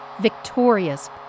Victorious